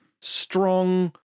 strong